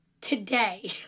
today